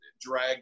drag